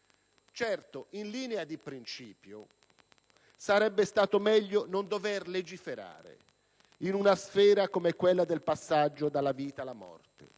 Certo, in linea di principio, sarebbe stato meglio non dover legiferare in una sfera come quella del passaggio dalla vita alla morte,